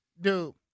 Dude